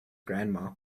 grandma